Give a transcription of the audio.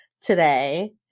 today